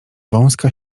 wąska